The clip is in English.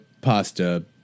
pasta